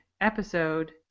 episode